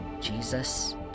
Jesus